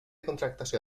contractació